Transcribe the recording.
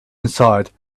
inside